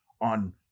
on